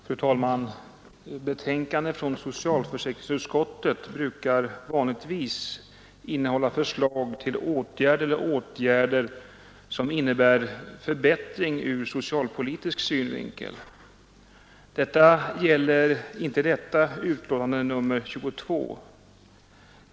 Fru talman! ”Betänkanden från socialförsäkringsutskottet innehåller vanligtvis förslag till åtgärd eller åtgärder som innebär förbättring ur socialpolitisk synvinkel. Det gäller inte detta utlåtande, nr 22.